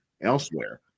elsewhere